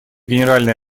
генеральной